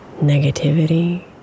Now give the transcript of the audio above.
negativity